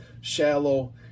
shallow